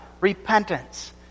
repentance